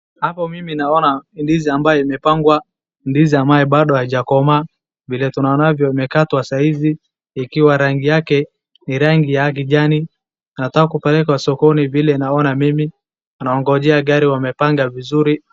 Hapa mimi naona ndizi ambayo imepangwa. Ndizi ambayo haijakomaa vile tunaonavyo imekatwa saa hizi ikiwa rangi yake ni rangi ya kijani. Inataka kupelekwa sokoni vile naona mimi. Anaongojea gari wamepanga vizuri.